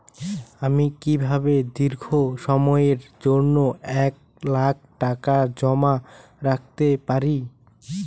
আমি কিভাবে দীর্ঘ সময়ের জন্য এক লাখ টাকা জমা করতে পারি?